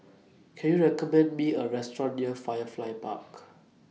Can YOU recommend Me A Restaurant near Firefly Park